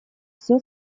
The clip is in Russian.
все